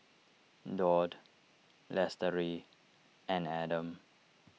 Daud Lestari and Adam